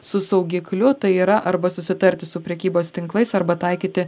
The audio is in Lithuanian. su saugikliu tai yra arba susitarti su prekybos tinklais arba taikyti